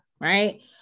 right